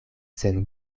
sen